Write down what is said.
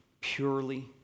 Purely